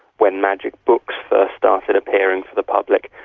when magic books first started appearing for the public,